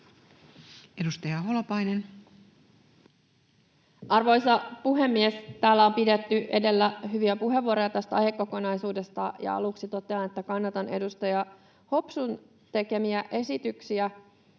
Edustaja Holopainen. Arvoisa puhemies! Täällä on pidetty edellä hyviä puheenvuoroja tästä aihekokonaisuudesta, ja aluksi totean, että kannatan edustaja Hopsun tekemiä esityksiä.